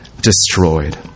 destroyed